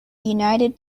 united